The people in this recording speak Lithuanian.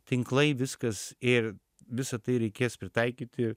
tinklai viskas ir visa tai reikės pritaikyti